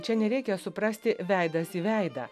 čia nereikia suprasti veidas į veidą